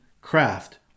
craft